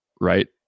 right